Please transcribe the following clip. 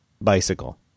bicycle